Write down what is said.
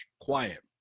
quiet